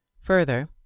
Further